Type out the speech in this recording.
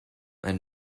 and